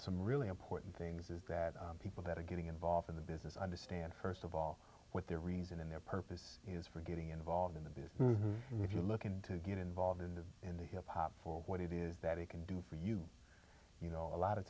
some really important things is that people that are getting involved in the business understand first of all what their reason and their purpose is for getting involved in the business and if you're looking to get involved in the in the hip hop for what it is that he can do for you you know a lot